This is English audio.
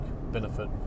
benefit